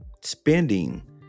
Spending